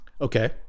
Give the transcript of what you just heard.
okay